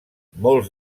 molts